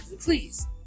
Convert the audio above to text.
please